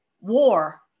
war